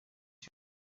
two